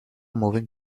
moving